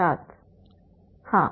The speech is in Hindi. छात्र हाँ